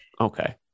Okay